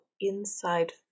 inside